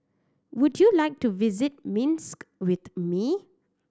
would you like to visit Minsk with me